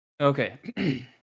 Okay